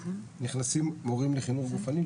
נכנסים מורים לחינוך גופני.